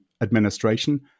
administration